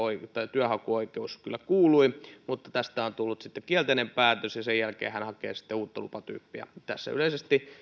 työnhakuoikeus kyllä kuului mutta tästä on tullut kielteinen päätös ja sen jälkeen hän hakee uutta lupatyyppiä tässä yleisesti